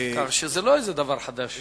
כך שזה לא איזה דבר חדש.